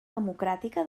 democràtica